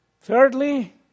Thirdly